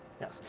Yes